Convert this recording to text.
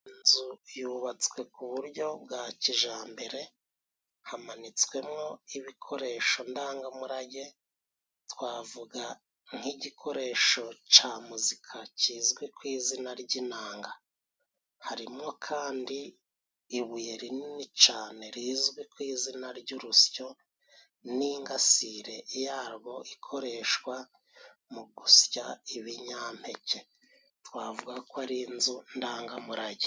Inzu yubatswe ku buryo bwa kijambere, hamanitswemo ibikoresho ndangamurage, twavuga nk'igikoresho ca muzika kizwi ku izina ry'inanga. Harimwo kandi ibuye rinini cane rizwi ku izina ry'urusyo n'ingasire yarwo ikoreshwa mu gusya ibinyampeke twavuga ko ari inzu ndangamurage.